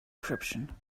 decryption